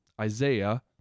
Isaiah